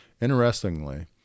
Interestingly